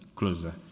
closer